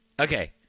Okay